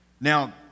Now